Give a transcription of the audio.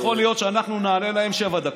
לא יכול להיות שאנחנו נענה להם שבע דקות.